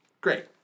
Great